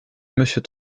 monsieur